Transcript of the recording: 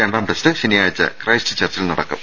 രണ്ടാം ടെസ്റ്റ് ശനിയാഴ്ച ക്രൈസ്റ്റ് ചർച്ചിൽ നടക്കും